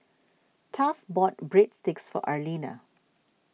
Taft bought Breadsticks for Arlena